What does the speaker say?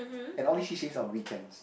and all this C_C_A is on weekends